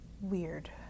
weird